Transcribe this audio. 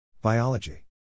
Biology